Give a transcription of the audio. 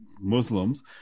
Muslims